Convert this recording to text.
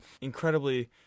incredibly